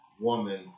woman